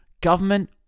Government